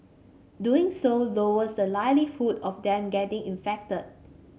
doing so lowers the likelihood of them getting infected